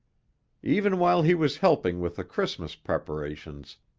even while he was helping with the christmas preparations,